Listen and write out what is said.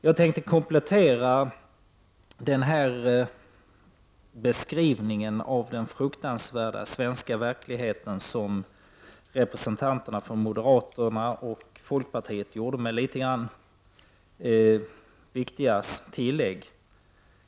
Jag tänkte med ett par viktiga tillägg komplettera den beskrivning av den fruktansvärda svenska verkligheten som representanter för moderaterna och folkpartiet gjorde.